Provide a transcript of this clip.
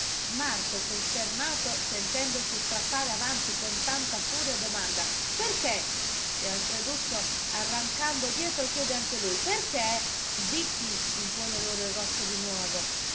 marco costernato sentendosi strappare avanti con tanta furia domanda perché e alfreduccio arrancando dietro chiede anche lui perché zitti impone loro il rosso di nuovo